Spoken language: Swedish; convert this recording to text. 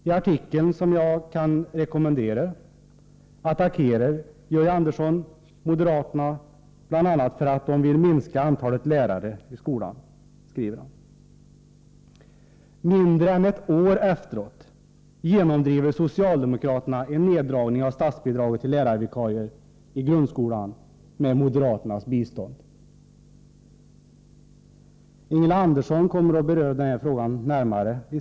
I artikeln, som jag kan rekommendera, attackerar Georg Andersson moderaterna bl.a. för att de vill minska antalet lärare i skolan. Mindre än ett år efteråt genomdriver socialdemokraterna med moderaternas bistånd en neddragning av statsbidraget till lärarvikarier i grundskolan. Ingela Andersson kommer i sitt anförande att beröra denna fråga närmare.